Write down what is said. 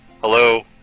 Hello